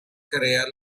crea